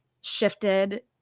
shifted